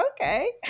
okay